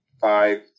five